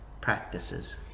practices